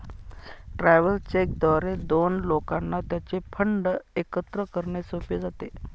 travellers cheque द्वारे दोन लोकांना त्यांचे फंड एकत्र करणे सोपे जाते